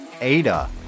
ada